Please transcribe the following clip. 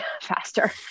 faster